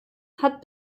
hat